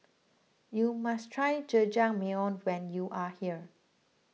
you must try Jajangmyeon when you are here